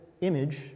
image